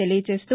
తెలియజేస్తూ